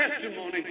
testimony